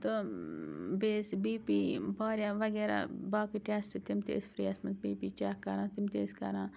تہٕ بیٚیہِ ٲسۍ بی پی واریاہ وغیرہ باقٕے ٹٮیسٹ تِم تہِ ٲسۍ فری یَس منٛز بی پی چیٚک کَران تِم تہِ ٲسۍ کَران